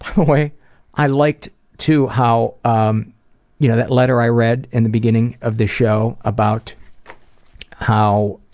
i i liked too how um you know that letter i read in the beginning of this show about how